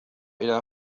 إلى